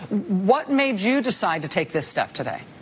what made you decide to take this step today?